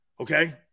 Okay